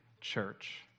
church